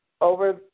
over